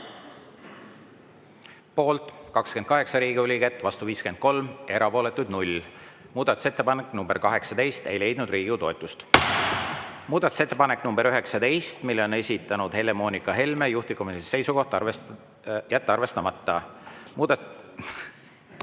Poolt 28 Riigikogu liiget, vastu 53, erapooletuid 0. Muudatusettepanek nr 18 ei leidnud Riigikogu toetust. Muudatusettepanek nr 19, mille on esitanud Helle-Moonika Helme, juhtivkomisjoni seisukoht: jätta arvestamata. Muudatus…